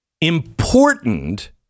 important